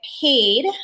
paid